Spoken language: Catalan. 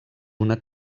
una